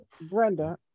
Brenda